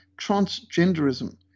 transgenderism